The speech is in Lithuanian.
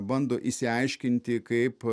bando išsiaiškinti kaip